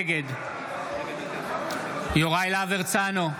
נגד יוראי להב הרצנו,